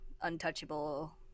untouchable